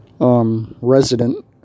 resident